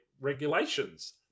regulations